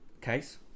case